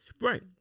Right